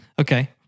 Okay